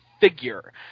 figure